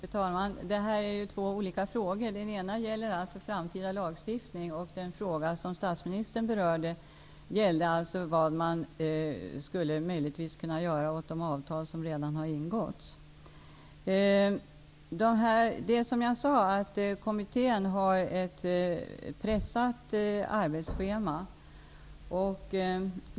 Fru talman! Det här är ju två olika frågor. Den ena gäller framtida lagstiftning och den fråga som statsministern berörde gällde vad man möjligtvis skulle kunna göra åt de avtal som redan har ingåtts. Kommittén har, som jag sade, ett pressat arbetsschema.